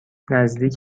نزدیک